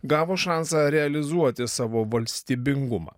gavo šansą realizuoti savo valstybingumą